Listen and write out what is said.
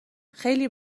خیلی